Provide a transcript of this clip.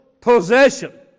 possession